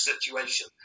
situation